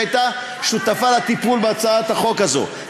שהייתה שותפה לטיפול בהצעת החוק הזו,